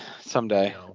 Someday